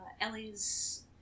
Ellie's